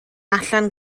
allan